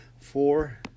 four